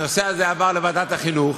הנושא הזה עבר לוועדת החינוך.